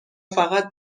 فقط